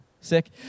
sick